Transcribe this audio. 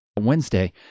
Wednesday